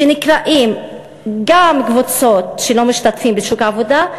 שנקראות גם קבוצות שלא משתתפות בשוק העבודה,